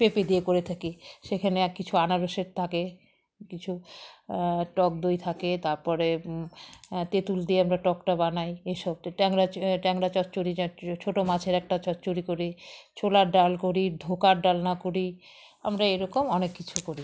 পেঁপে দিয়ে করে থাকি সেখানে আর কিছু আনারসের থাকে কিছু টক দই থাকে তারপরে তেঁতুল দিয়ে আমরা টকটা বানাই এসব ত ট্যাংরা ট্যাংরা চচ্চরি ছোটো মাছের একটা চচ্চরি করি ছোলার ডাল করি ঢোকার ডালনা করি আমরা এরকম অনেক কিছু করি